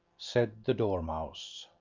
said the dormouse.